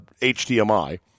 HDMI